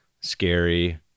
scary